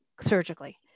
surgically